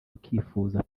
akifuza